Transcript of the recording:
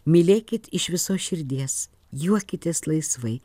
mylėkit iš visos širdies juokitės laisvai